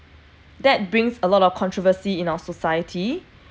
that brings a lot of controversy in our society